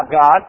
God